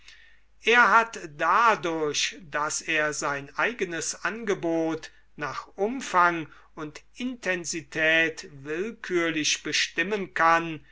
er hat dadurch daß er sein eigenes angebot nach umfang und intensität willkürlich bestimmen kann